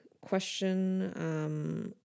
question